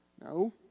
No